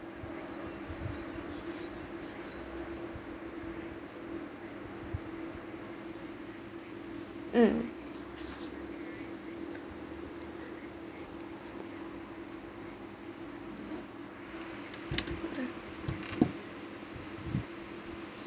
um